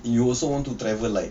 you also want to travel like